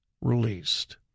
released